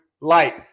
light